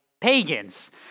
pagans